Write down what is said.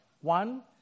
One